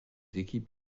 équipes